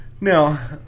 Now